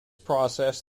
process